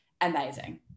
amazing